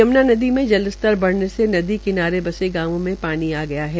यम्ना नगर में जलस्तर बढने से नदी किनारे बसे गांवों में पानी आ गया है